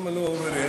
למה לא אורי אריאל?